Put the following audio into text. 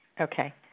Okay